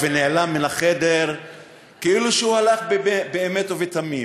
ונעלם מן החדר כאילו שהוא הלך באמת ובתמים,